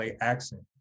accent